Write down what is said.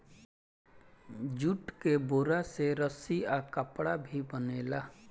jute के बोरा से रस्सी आ कपड़ा भी बनेला